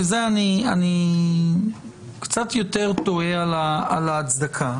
שאני קצת יותר תוהה על ההצדקה.